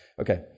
Okay